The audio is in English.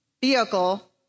vehicle